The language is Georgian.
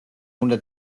უნდა